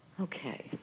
Okay